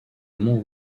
mont